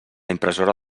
impressora